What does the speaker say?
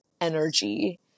energy